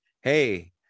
hey